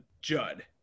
Judd